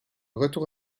retour